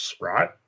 right